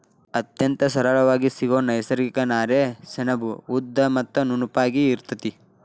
ಅತ್ಯಂತ ಸರಳಾಗಿ ಸಿಗು ನೈಸರ್ಗಿಕ ನಾರೇ ಸೆಣಬು ಉದ್ದ ಮತ್ತ ನುಣುಪಾಗಿ ಇರತತಿ